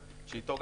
זאת,